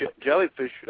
Jellyfish